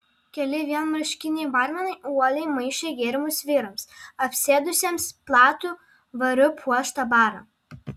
keli vienmarškiniai barmenai uoliai maišė gėrimus vyrams apsėdusiems platų variu puoštą barą